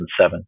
2007